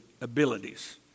abilities